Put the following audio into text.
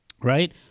right